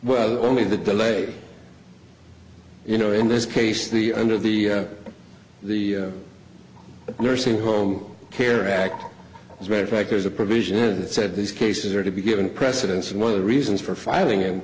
well only the delay you know in this case the under the the nursing home care act as a matter fact there's a provision and said these cases are to be given precedence and one of the reasons for filing